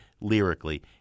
lyrically